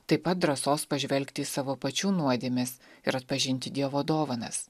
taip pat drąsos pažvelgti į savo pačių nuodėmes ir atpažinti dievo dovanas